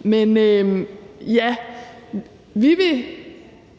Men vi vil